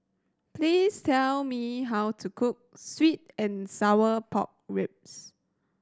please tell me how to cook sweet and sour pork ribs